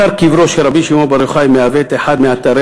אתר קברו של רבי שמעון בר יוחאי מהווה את אחד מאתרי